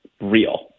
real